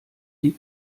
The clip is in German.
die